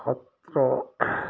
সত্ৰ